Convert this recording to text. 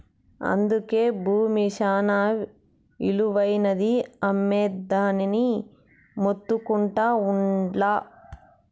అందుకే బూమి శానా ఇలువైనది, అమ్మొద్దని మొత్తుకుంటా ఉండ్లా